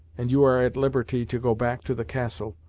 and you are at liberty to go back to the castle,